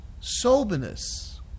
soberness